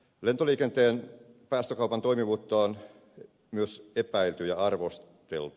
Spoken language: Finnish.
lentoliikenteen päästökaupan toimivuutta on myös epäilty ja arvosteltu